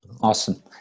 Awesome